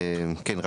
כן,